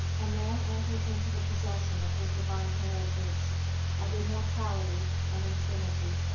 and man enters into the possession of his divine heritage of immortality and infinity.